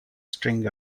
string